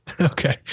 okay